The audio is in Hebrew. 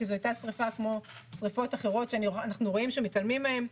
כי זו היתה שריפה כמו שריפות אחרות שאנחנו רואים שמתעלמים מהן.